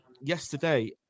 yesterday